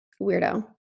weirdo